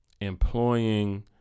employing